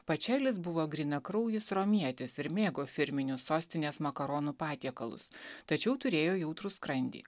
pačelis buvo grynakraujis romietis ir mėgo firminius sostinės makaronų patiekalus tačiau turėjo jautrų skrandį